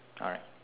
alright